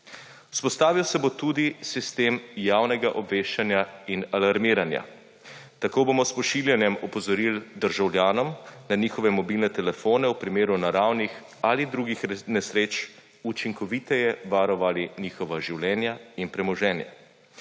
Vzpostavil se bo tudi sistem javnega obveščanja in alarmiranja. Tako bomo s pošiljanjem opozoril državljanom na njihove mobilne telefone v primeru naravnih ali drugih nesreč učinkoviteje varovali njihova življenja in premoženje,